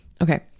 Okay